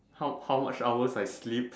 how how much hours I sleep